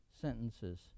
sentences